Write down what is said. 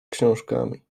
książkami